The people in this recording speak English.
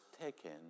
taken